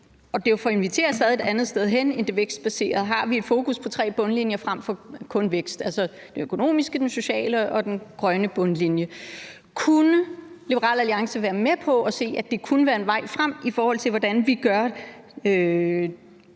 og det er jo for at invitere til at se på noget andet end det vækstbaserede – har vi fokus på tre bundlinjer frem for kun vækst, altså den økonomiske, den sociale og den grønne bundlinje. Kunne Liberal Alliance være med på at se på, at det kunne være en vej frem, i forhold til hvad vi gør